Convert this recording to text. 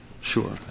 Sure